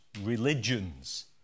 religions